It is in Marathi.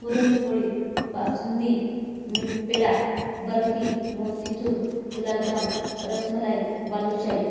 पुरणपोळी बासुंदी मिठपेढा बर्फी मोतीचूर गुलाबजाम रसमलाई बालुशाई